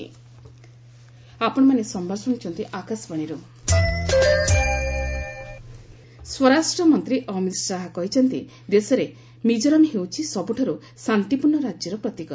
ମିକୋରାମ୍ ଅମିତ୍ ଶାହା ସ୍ୱରାଷ୍ଟ୍ର ମନ୍ତ୍ରୀ ଅମିତ୍ ଶାହା କହିଛନ୍ତି ଦେଶରେ ମିଜୋରାମ୍ ହେଉଛି ସବୁଠାରୁ ଶାନ୍ତିପୂର୍ଣ୍ଣ ରାଜ୍ୟର ପ୍ରତୀକ